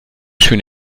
schöne